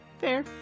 fair